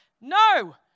No